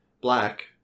black